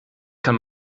kann